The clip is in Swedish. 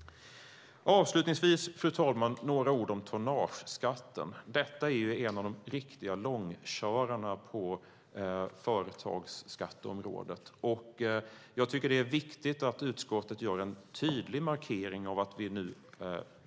Låt mig avslutningsvis säga några ord om tonnageskatten. Detta är en av de riktiga långkörarna på företagsskatteområdet. Jag tycker att det är viktigt att utskottet gör en tydlig markering om att vi nu